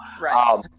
Right